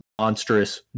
monstrous